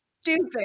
stupid